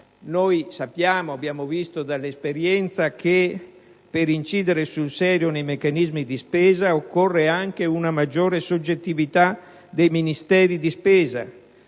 decisione. Abbiamo visto dall'esperienza passata che per incidere sul serio nei meccanismi di spesa occorre anche una maggiore soggettività dei Ministeri di spesa,